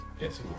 Yes